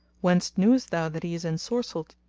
whence knewest thou that he is ensorcelled?